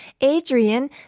Adrian